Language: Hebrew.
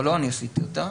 אבל לא אני עשיתי אותה,